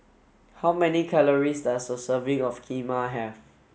how many calories does a serving of Kheema have